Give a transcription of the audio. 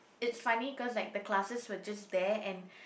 it's funny cause like the classes were just there and